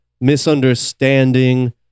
misunderstanding